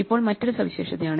ഇപ്പോൾ മറ്റൊരു സവിശേഷതയാണിത്